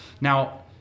Now